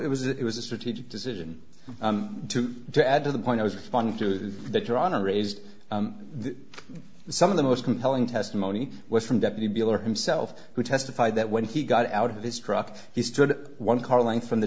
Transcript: it was it was a strategic decision to to add to the point i was responding to that your honor raised some of the most compelling testimony was from deputy bill or himself who testified that when he got out of his truck he stood one car length from the